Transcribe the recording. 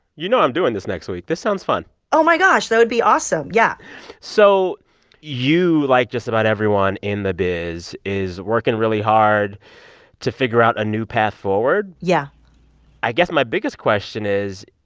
you know, i'm doing this next week. this sounds fun oh, my gosh that would be awesome. yeah so you, like just about everyone in the biz, is working really hard to figure out a new path forward yeah i guess my biggest question is,